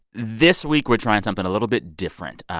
this week, we're trying something a little bit different.